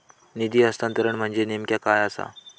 निधी हस्तांतरण म्हणजे नेमक्या काय आसा?